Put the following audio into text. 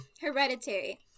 Hereditary